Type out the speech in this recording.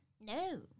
No